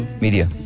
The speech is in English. media